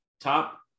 top